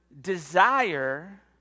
desire